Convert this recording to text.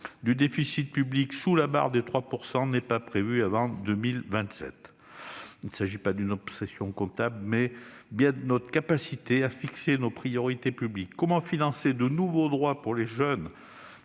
du déficit public sous la barre des 3 % n'est pas prévue avant 2027. Il s'agit non pas d'une obsession comptable, mais bien de notre capacité à fixer nos priorités politiques. Comment financer de nouveaux droits pour les jeunes,